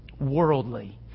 Worldly